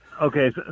okay